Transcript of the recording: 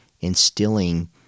instilling